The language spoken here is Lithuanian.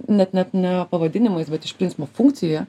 net ne ne pavadinimais bet iš principo funkcijoje